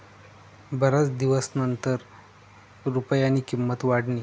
बराच दिवसनंतर रुपयानी किंमत वाढनी